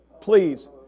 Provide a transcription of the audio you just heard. please